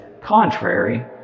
contrary